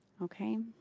okay.